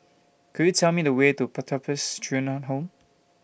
Could YOU Tell Me The Way to Pertapis Children Home